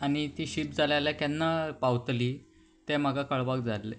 आनी ती शीप जाले जाल्यार केन्ना पावतली तें म्हाका कळपाक जायलें